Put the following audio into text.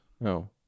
No